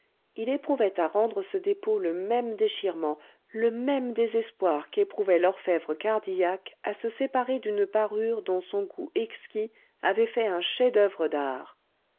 il éprouvait à rendre ce dépôt le même déchirement le même désespoir qu'éprouvait l'orfèvre cardillac à se séparer d'une parure dont son goût exquis avait fait un chef-d'oeuvre d'art